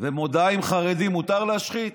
ומודעה עם חרדי מותר להשחית?